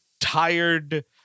tired